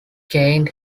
gained